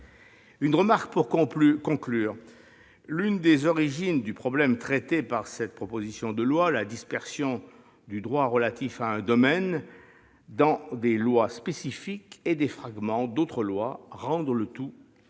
Une remarque pour conclure. L'une des origines du problème traité par cette proposition de loi est la dispersion du droit relatif à un domaine dans des lois spécifiques et des fragments d'autres lois, ce qui rend le tout illisible,